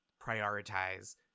prioritize